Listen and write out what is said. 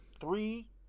three